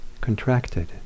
Contracted